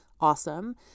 Awesome